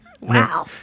Wow